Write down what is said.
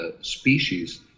species